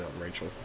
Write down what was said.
Rachel